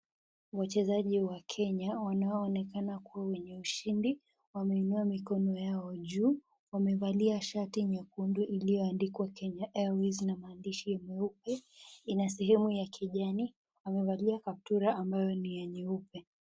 Wachezaji wa Kenya wanaoonekana kuwa wenye ushindi wameinua mikono yao juu, wamevalia shati nyekundu iliyoandikwa Kenya airways na maandishi meupe, inasehemu ya kijani, wamevalia kaptura ambayo ni ya nyeupe.